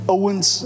Owens